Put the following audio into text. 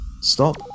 Stop